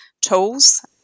tools